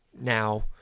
now